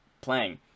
playing